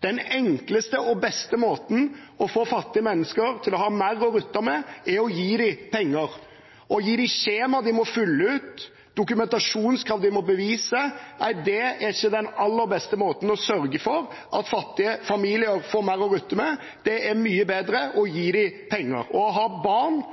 Den enkleste og beste måten for å få fattige mennesker til å ha mer å rutte med, er å gi dem penger. Å gi dem skjemaer de må fylle ut, dokumentasjonskrav de må bevise – nei, det er ikke den aller beste måten for å sørge for at fattige familier får mer å rutte med. Det er mye bedre å gi dem penger. Å ha barn